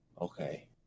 okay